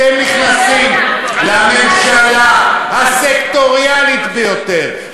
אתם נכנסים לממשלה הסקטוריאלית ביותר,